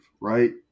right